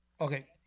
Okay